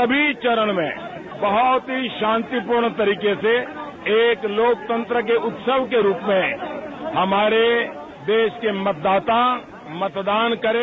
सभी चरण में बहुत ही शांतिपूर्ण तरीके से एक लोकतंत्र के उत्सव के रूप में हमारे देश के मतदाता मतदान करें